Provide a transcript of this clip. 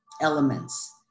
elements